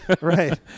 Right